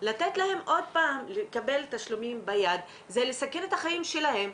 לתת להם עוד פעם לקבל תשלומים ביד זה לסכן את החיים שלהם,